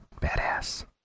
Badass